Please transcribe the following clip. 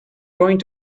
going